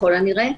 ככל הנראה,